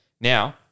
Now